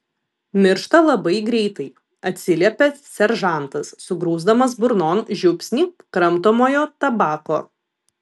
miršta labai greitai atsiliepė seržantas sugrūsdamas burnon žiupsnį kramtomojo tabako